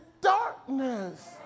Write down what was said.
darkness